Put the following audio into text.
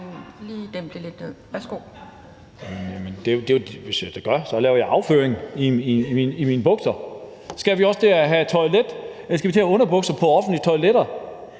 Boje Mathiesen (NB): Det er det, jeg gør. Men så laver jeg afføring i mine bukser. Skal vi også have underbukser på offentlige toiletter?